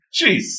Jeez